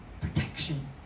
protection